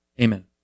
Amen